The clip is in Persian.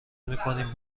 میکنیم